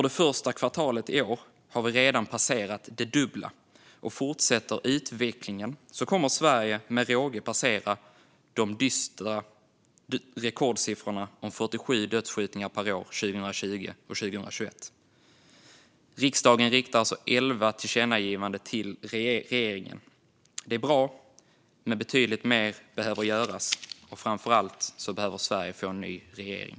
Det första kvartalet i år har vi redan passerat det dubbla, och fortsätter utvecklingen kommer Sverige med råge att passera de dystra rekordsiffrorna om 47 dödskjutningar per år 2020 och 2021. Riksdagen riktar alltså elva tillkännagivanden till regeringen. Det är bra, men betydligt mer behöver göras. Framför allt behöver Sverige få en ny regering.